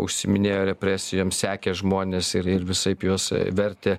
užsiiminėjo represijom sekė žmones ir ir visaip juos vertė